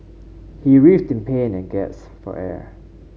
he writhed in pain and gasped for air